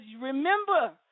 remember